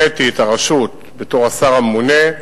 הנחיתי את הרשות, בתור השר הממונה,